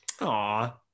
Aw